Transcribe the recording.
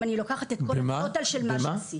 אם אני לוקחת את כל הטוטאל של מה שעשיתי.